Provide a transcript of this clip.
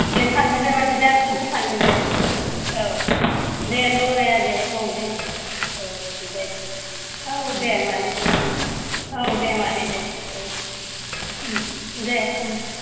दे थांगोन दे मादै दे आं संफोर थांगोन दे औ दे लराया दे औ दे औ दे औ दे मेदै दे औ दे मादै दे औ दे